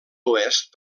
oest